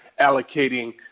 allocating